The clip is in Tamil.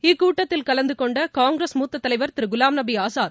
இக்கூட்டத்தில் கலந்து கொண்ட காங்கிரஸ் மூத்த தலைவர் திரு குலாம் நபி ஆசாத்